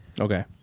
Okay